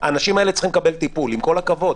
והאנשים האלה צריכים לקבל טיפול, עם כל הכבוד.